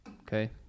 Okay